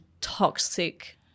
toxic